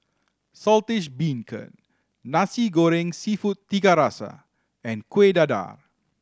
Saltish Beancurd Nasi Goreng Seafood Tiga Rasa and Kuih Dadar